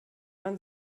man